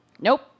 Nope